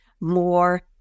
more